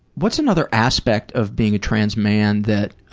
what's another aspect of being a trans man that